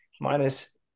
minus